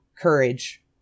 courage